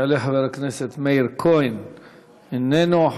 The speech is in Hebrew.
יעלה חבר הכנסת מאיר כהן, איננו.